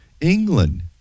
England